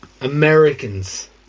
Americans